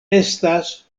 estas